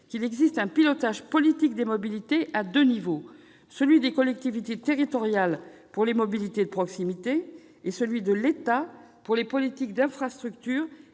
qu'il existe un pilotage politique des mobilités à deux niveaux : celui des collectivités territoriales pour les mobilités de proximité, et celui de l'État pour la politique d'infrastructures